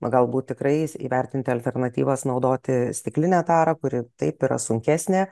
o galbūt tikrai įvertinti alternatyvas naudoti stiklinę tarą kuri taip yra sunkesnė